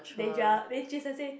they gel which is to say